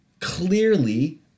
clearly